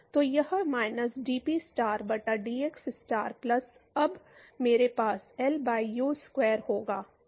तो यह minus DP star बटा डीएक्स स्टार प्लस अब मेरे पास एल बाय यू स्क्वायर होगा